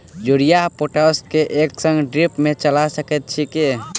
Urea आ potash केँ एक संगे ड्रिप मे चला सकैत छी की?